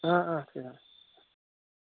অ অ অ